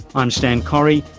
i'm stan correy,